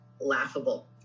laughable